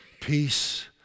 peace